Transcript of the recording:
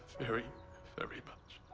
very, very much.